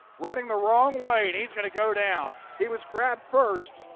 running the wrong way and he is going to go down. he was grabbed first